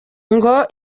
ngo